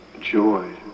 joy